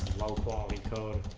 low quality code